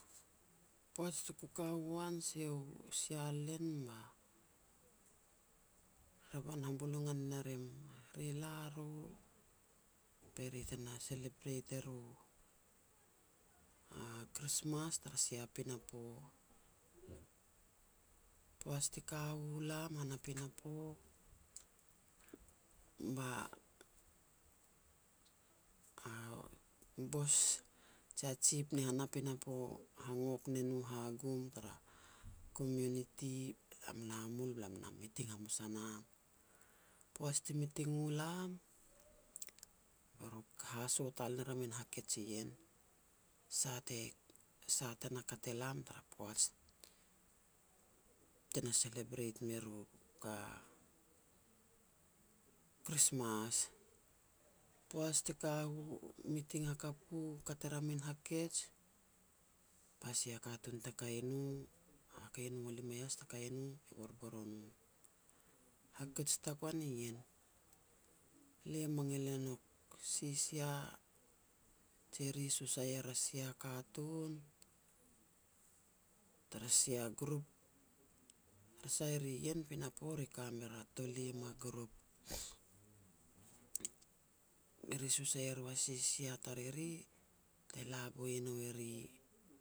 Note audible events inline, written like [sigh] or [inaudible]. Poaj tuku ka u an siu-sia len ba revan habulungan ne rim, ri la ru be ri tena celebrate e ru a [noise] Krismas tara sia pinapo. Poaj ti ka u lam han a pinapo, ba a bos jia jip ni han a pinapo hangok ne nu hagum tara komiuniti. Lam la mum be lam na miting hamas a nam. Poaj ti miting u lam, be ru haso tal ner a min hakej ien, sah te-sah te na kat elam tara poaj tena celebrate me ru ka, Krismas. Poaj ti ka u, miting hakap u, kat er a min hakej, ba sia katun takai no, hakei nu walima ias takai no be borbor o no. "Hakej tagoan ien, lia mangil e nouk, sisia, je ri e susa er a sia katun tara sia grup, tara sah eri ien pinapo eri e ka mer a tolim a group. Eri e susei e ru a sisia tariri, te la boi nou eri